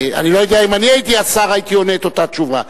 לא יודע אם אני הייתי השר הייתי עונה את אותה תשובה.